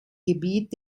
gebiet